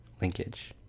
linkage